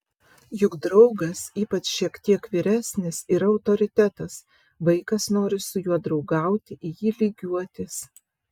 juk draugas ypač šiek tiek vyresnis yra autoritetas vaikas nori su juo draugauti į jį lygiuotis